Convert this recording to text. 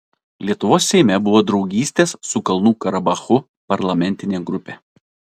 lietuvos seime buvo draugystės su kalnų karabachu parlamentinė grupė